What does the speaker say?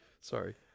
Sorry